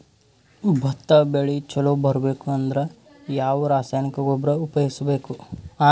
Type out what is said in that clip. ಭತ್ತ ಬೆಳಿ ಚಲೋ ಬರಬೇಕು ಅಂದ್ರ ಯಾವ ರಾಸಾಯನಿಕ ಗೊಬ್ಬರ ಉಪಯೋಗಿಸ ಬೇಕು?